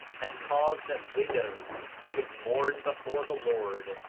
and cause that widows should mourn before the lord,